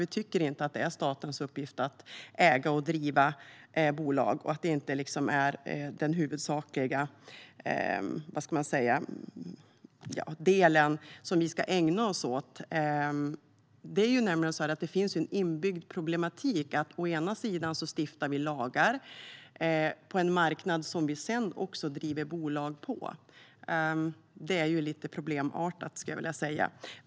Vi tycker inte att det är statens uppgift att äga och driva bolag - det är inte det vi huvudsakligen ska ägna oss åt. Det finns nämligen en inbyggd problematik i att vi å ena sidan stiftar lagar på en marknad där vi sedan å andra sidan driver bolag. Det är lite problemartat, skulle jag vilja säga.